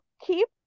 keep